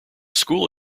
school